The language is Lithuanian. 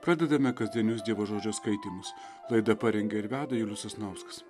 pradedame kasdienius dievo žodžio skaitymus laidą parengė ir veda julius sasnauskas